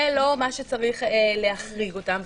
זה לא מה שצריך להחריג אותם.